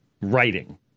writing